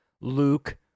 luke